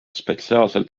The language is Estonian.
spetsiaalselt